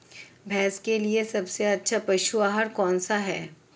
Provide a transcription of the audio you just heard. भैंस के लिए सबसे अच्छा पशु आहार कौनसा है?